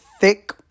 thick